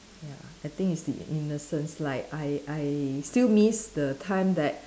ya I think it's the innocence like I I still miss the time that